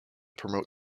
promote